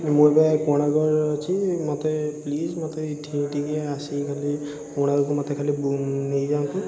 ମୁଁ ଏବେ କୋଣାର୍କରେ ଅଛି ମୋତେ ପ୍ଲିଜ୍ ମୋତେ ଏଇଠିକି ଟିକିଏ ଆସିକି ଖାଲି କୋଣାର୍କରୁ ମୋତେ ଖାଲି ନେଇଯାଆନ୍ତୁ